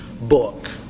book